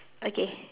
okay